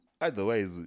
Otherwise